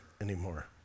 anymore